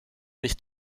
nicht